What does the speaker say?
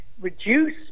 reduce